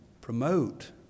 promote